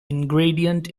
ingredient